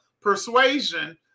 persuasion